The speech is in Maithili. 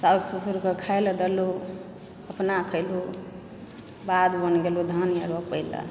साउस ससुरके खाय लऽ देलुँ अपना खेलुँ बाध बन गेलुँ धान रोपय लऽ